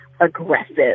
aggressive